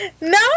No